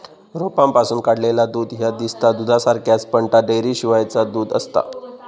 रोपांपासून काढलेला दूध ह्या दिसता दुधासारख्याच, पण ता डेअरीशिवायचा दूध आसता